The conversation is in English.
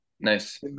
nice